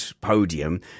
podium